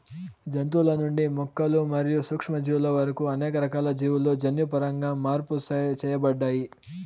జంతువుల నుండి మొక్కలు మరియు సూక్ష్మజీవుల వరకు అనేక రకాల జీవులు జన్యుపరంగా మార్పు చేయబడ్డాయి